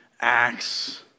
Acts